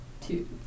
Two